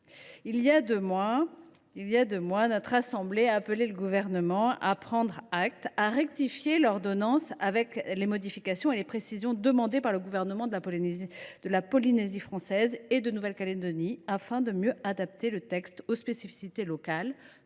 Il y a deux mois, notre assemblée a appelé le Gouvernement à rectifier l’ordonnance en y intégrant les modifications et précisions demandées par les gouvernements de la Polynésie française et de la Nouvelle Calédonie, afin de mieux adapter le texte aux spécificités locales,